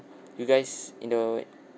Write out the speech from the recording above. you guys in the wait